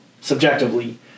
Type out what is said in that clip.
subjectively